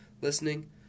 listening